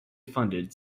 funded